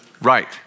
Right